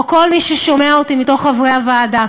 או כל מי ששומע אותי מחברי הוועדה,